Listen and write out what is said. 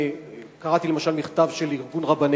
קראתי, למשל, מכתב של ארגון רבני